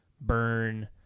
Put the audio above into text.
burn